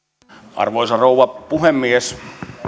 arvoisa rouva puhemies